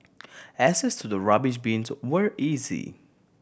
access to the rubbish bins were easy